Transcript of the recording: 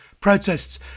protests